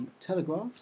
telegraph